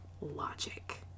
logic